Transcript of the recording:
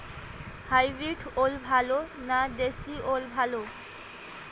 Hybrid ওল ভালো না দেশী ওল ভাল?